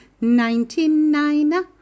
Ninety-nine